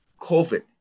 COVID